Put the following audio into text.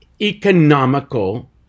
economical